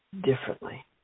differently